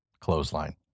Clothesline